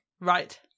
Right